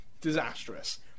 disastrous